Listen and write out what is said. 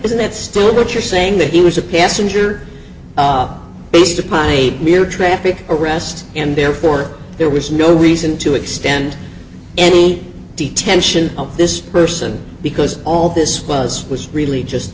isn't it still that you're saying that he was a passenger based upon a mere traffic arrest and therefore there was no reason to extend any detention of this person because all this was was really just